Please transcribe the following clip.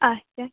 اَچھا